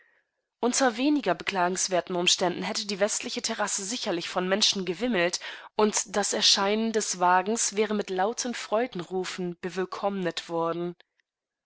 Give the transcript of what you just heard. unter weniger beklagenswerten umständen hätte die westliche terrasse sicherlich von menschen gewimmelt und das erscheinen des wagens wäre mit lautem freudenrufe bewillkommnetworden